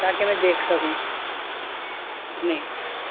تاکہ میں دیکھ سکوں نہیں